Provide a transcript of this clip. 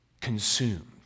consumed